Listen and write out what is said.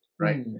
right